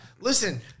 Listen